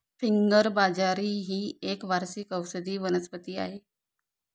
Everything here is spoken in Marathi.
फिंगर बाजरी ही एक वार्षिक औषधी वनस्पती आहे